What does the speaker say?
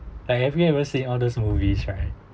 like have you ever say all those movies right